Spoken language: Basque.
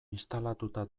instalatuta